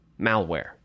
malware